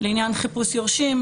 לעניין חיפוש יורשים,